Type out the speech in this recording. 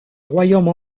royaume